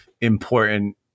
important